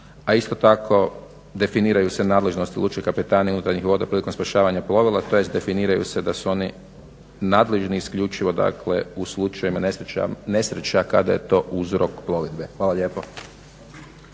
a isto tako definiraju se nadležnosti Lučke kapetanije unutarnjih voda prilikom spašavanja plovila tj. definiraju se da su oni nadležni isključivo dakle u slučajevima nesreća kada je to uzrok plovidbe. Hvala lijepo.